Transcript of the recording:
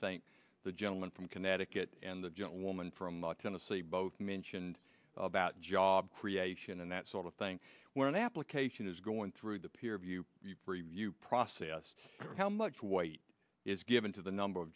think the gentleman from connecticut and the gentlewoman from la tennessee both mentioned about job creation and that sort of thing where an application is going through the peer review process how much weight is given to the number of